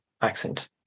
accent